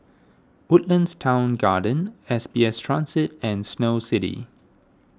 Woodlands Town Garden S B S Transit and Snow City